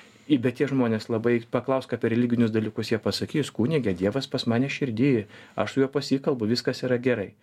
i bet tie žmonės labai paklausk apie religinius dalykus jie pasakys kunige dievas pas mane širdy aš su juo pasikalbu viskas yra gerai